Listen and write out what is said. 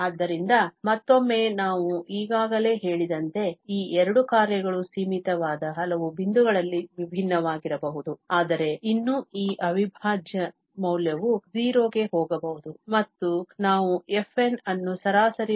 ಆದ್ದರಿಂದ ಮತ್ತೊಮ್ಮೆ ನಾನು ಈಗಾಗಲೇ ಹೇಳಿದಂತೆ ಈ ಎರಡು ಕಾರ್ಯಗಳು ಸೀಮಿತವಾದ ಹಲವು ಬಿಂದುಗಳಲ್ಲಿ ಭಿನ್ನವಾಗಿರಬಹುದು ಆದರೆ ಇನ್ನೂ ಈ ಅವಿಭಾಜ್ಯ ಮೌಲ್ಯವು 0 ಗೆ ಹೋಗಬಹುದು ಮತ್ತು ನಾವು fn ಅನ್ನು ಸರಾಸರಿ ವರ್ಗ ಅರ್ಥದಲ್ಲಿ f ಎಂದು ಕರೆಯುತ್ತೇವೆ